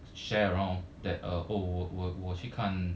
share around that uh oh 我我我去看